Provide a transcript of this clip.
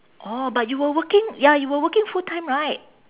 orh but you were working ya you were working full-time right